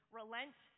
relent